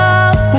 up